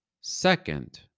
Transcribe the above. second